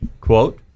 quote